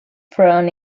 front